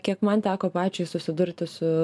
kiek man teko pačiai susidurti su